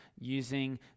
using